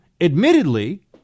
admittedly